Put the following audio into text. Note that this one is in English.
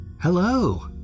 Hello